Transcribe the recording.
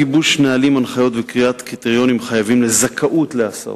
גיבוש נהלים והנחיות וקביעת קריטריונים מחייבים לזכאות לנסיעות.